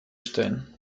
stellen